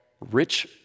Rich